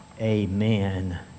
amen